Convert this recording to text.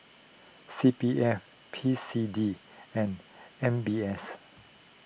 C P F P S D and M B S